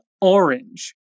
orange